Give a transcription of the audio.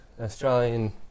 Australian